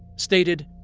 stated,